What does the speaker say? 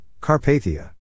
Carpathia